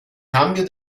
cambio